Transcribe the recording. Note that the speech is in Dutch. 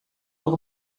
door